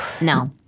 no